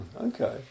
okay